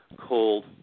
called